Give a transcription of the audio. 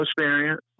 experience